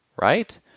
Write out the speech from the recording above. right